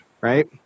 right